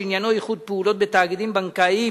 שעניינו ייחוד פעולות בתאגידים בנקאיים,